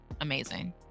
amazing